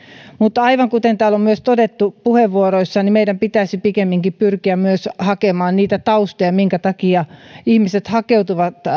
mutta aivan kuten täällä on myös todettu puheenvuoroissa niin meidän pitäisi pikemminkin pyrkiä myös hakemaan niitä taustoja minkä takia ihmiset hakeutuvat